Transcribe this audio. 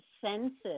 senses